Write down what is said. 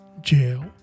jail